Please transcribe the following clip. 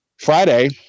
Friday